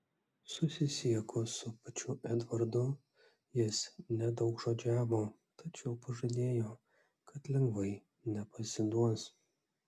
susisiekus su pačiu edvardu jis nedaugžodžiavo tačiau pažadėjo kad lengvai nepasiduos